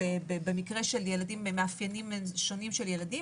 במקרה עם מאפיינים שונים של ילדים,